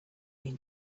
been